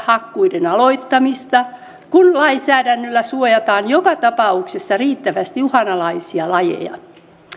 hakkuiden aloittamista kun lainsäädännöllä suojataan joka tapauksessa riittävästi uhanalaisia lajeja